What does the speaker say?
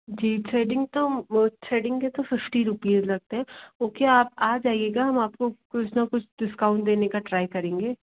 जी threading तो threading के तो फ़िफ़्टी रूपीज़ लगते हैं ओके आप आ जाइएगा हम आपको कुछ ना कुछ डिस्काउंट देने का ट्राई करेंगे